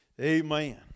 Amen